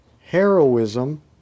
heroism